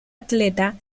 atleta